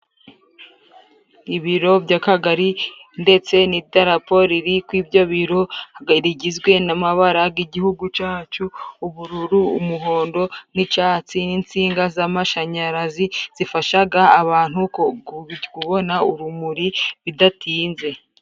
Ibiro by'akagari ndetse n'idarapo riri kw'ibyo biro rigizwe n'amabara igihugu cacu ubururu, umuhondo n'icatsi n'insinga z'amashanyarazi zifashaga abantu kubona urumuri bidatinze.